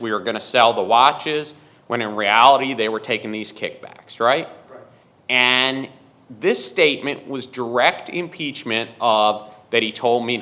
we are going to sell the watches when in reality they were taking these kickbacks right and this statement was direct impeachment of that he told me